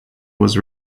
was